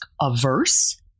averse